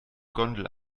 gondel